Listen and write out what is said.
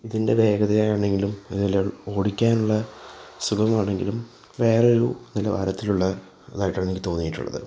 ഇതിൻ്റെ വേഗതയാണെങ്കിലും ഇതിതെല്ലാം ഓടിക്കാനുള്ള സുഖമാണെങ്കിലും വേറൊരു നിലവാരത്തിലുള്ള ഇതായിട്ടാണ് എനിക്ക് തോന്നിയിട്ടുള്ളത്